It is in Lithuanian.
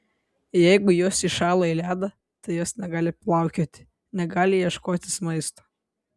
jeigu jos įšąla į ledą tai jos negali plaukioti negali ieškotis maisto